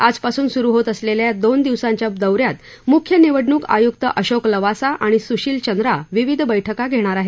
आजपासून सुरु होत असलेल्या दोन दिवसांच्या दौ यात मुख्य निवडणूक आयुक्त अशोक लवासा आणि सुशील चंद्रा विविध बैठका घेणार आहेत